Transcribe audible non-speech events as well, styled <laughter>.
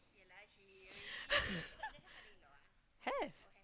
<laughs> have